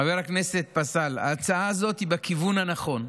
חבר הכנסת פסל, ההצעה הזאת היא בכיוון הנכון,